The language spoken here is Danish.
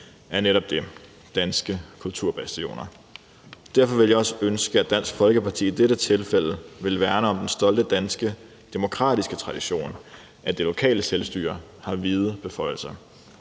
er netop det, altså danske kulturbastioner. Derfor ville jeg også ønske, at Dansk Folkeparti i dette tilfælde ville værne om den stolte danske demokratiske tradition om, at det lokale selvstyre har vide beføjelser,